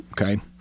okay